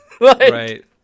Right